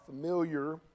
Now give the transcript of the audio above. familiar